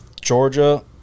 Georgia